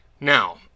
Now